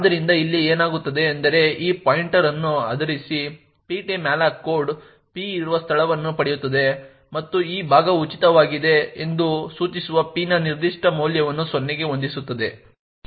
ಆದ್ದರಿಂದ ಇಲ್ಲಿ ಏನಾಗುತ್ತದೆ ಎಂದರೆ ಈ ಪಾಯಿಂಟರ್ ಅನ್ನು ಆಧರಿಸಿ ptmalloc ಕೋಡ್ p ಇರುವ ಸ್ಥಳವನ್ನು ಪಡೆಯುತ್ತದೆ ಮತ್ತು ಈ ಭಾಗವು ಉಚಿತವಾಗಿದೆ ಎಂದು ಸೂಚಿಸುವ p ನ ನಿರ್ದಿಷ್ಟ ಮೌಲ್ಯವನ್ನು 0 ಗೆ ಹೊಂದಿಸುತ್ತದೆ